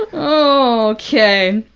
oh, okay.